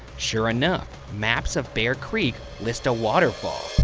sure enough, maps of bear creek list a waterfall.